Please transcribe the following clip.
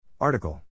Article